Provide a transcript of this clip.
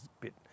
bit